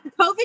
COVID